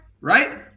right